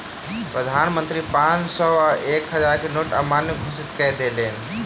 प्रधान मंत्री पांच सौ आ एक हजार के नोट के अमान्य घोषित कय देलैन